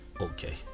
Okay